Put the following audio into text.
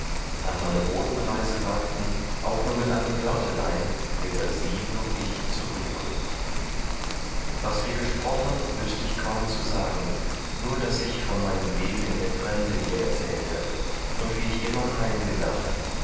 an meine botenreise wagten auch nur mit einem wörtlein weder sie noch ich zu rühren was wir gesprochen wüßte ich kaum zu sagen nur daß ich von meinem leben in der fremde ihr erzählte und wie ich immer heim gedacht